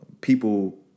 people